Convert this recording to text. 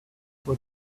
what